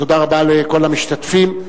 תודה רבה לכל המשתתפים.